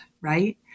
right